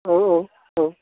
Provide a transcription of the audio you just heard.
औ औ औ